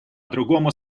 другому